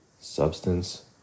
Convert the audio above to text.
substance